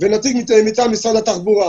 ונציג מטעם משרד התחבורה.